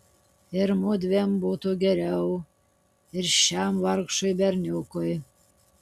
ir mudviem būtų geriau ir šiam vargšui berniukui